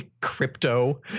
Crypto